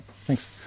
thanks